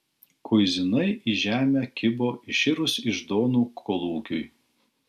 kuizinai į žemę kibo iširus iždonų kolūkiui